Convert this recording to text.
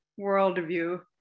worldview